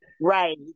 right